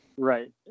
Right